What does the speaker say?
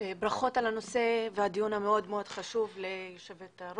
ברכות על הנושא והדיון המאוד מאוד חשוב ליו"ר,